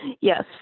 Yes